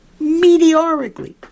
meteorically